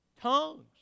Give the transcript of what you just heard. Tongues